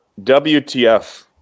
WTF –